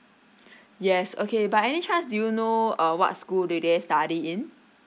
yes okay by any chance do you know uh what school do they study in